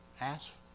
ask